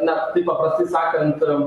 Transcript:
na taip paprastai sakant